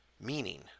Meaning